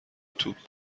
توپ